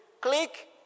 click